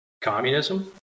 communism